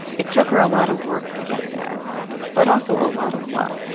it took her a lot of work to get there but also a lot of luck.